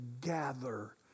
gather